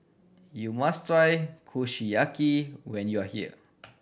you must try Kushiyaki when you are here